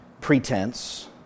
pretense